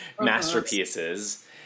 masterpieces